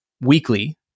weekly